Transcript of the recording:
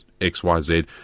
xyz